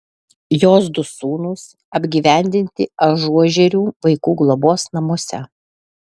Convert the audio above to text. jos du sūnūs apgyvendinti ažuožerių vaikų globos namuose